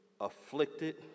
Afflicted